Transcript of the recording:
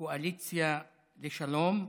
קואליציה לשלום,